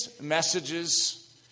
messages